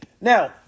Now